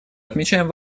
отмечаем